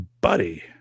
buddy